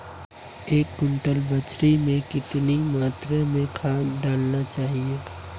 एक क्विंटल बाजरे में कितनी मात्रा में खाद डालनी चाहिए?